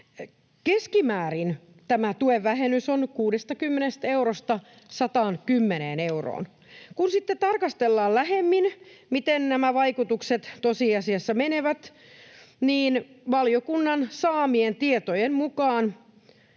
Keskimäärin tämä tuen vähennys on 60—110 euroa. Kun sitten tarkastellaan lähemmin, miten nämä vaikutukset tosiasiassa menevät, niin valiokunnan saamien tietojen mukaan